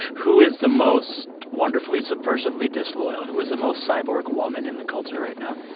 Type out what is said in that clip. who is the most wonderfully, subversively disloyal? who is the most cyborg woman in the culture right now?